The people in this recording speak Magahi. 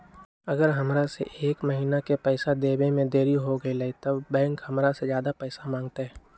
अगर हमरा से एक महीना के पैसा देवे में देरी होगलइ तब बैंक हमरा से ज्यादा पैसा मंगतइ?